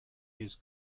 his